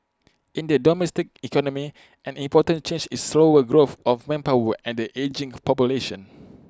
in the domestic economy an important change is slower growth of manpower and the ageing population